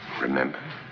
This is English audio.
remember